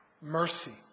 mercy